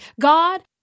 God